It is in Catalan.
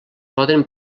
poden